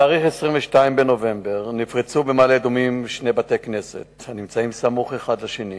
בתאריך 22 בנובמבר נפרצו במעלה-אדומים שני בתי-כנסת הסמוכים זה לזה.